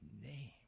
name